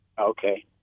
Okay